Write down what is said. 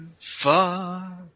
Far